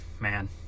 man